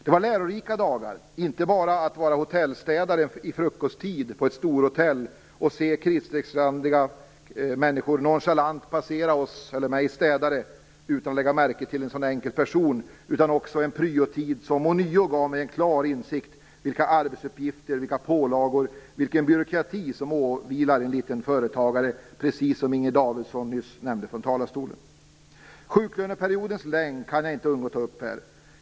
Det var lärorika dagar; inte bara att vara hotellstädare i frukosttid på ett storhotell och se kritstrecksrandiga människor nonchalant passera mig som städare utan att lägga märke till en så enkel person, utan också att få en pryotid som ånyo gav mig en klar insikt om vilka arbetsuppgifter, vilka pålagor och vilken byråkrati som åvilar en liten företagare. Inger Davidson nämnde också detta nyss från talarstolen. Sjuklöneperiodens längd kan jag inte undgå att ta upp här.